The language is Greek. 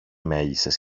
μέλισσες